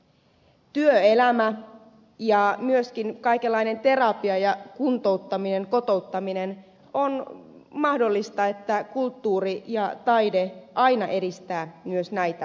on mahdollista että työelämää ja myöskin kaikenlaista terapiaa ja kuntouttamista kotouttamista kulttuuri ja taide aina edistää myös näitä osa alueita